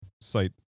site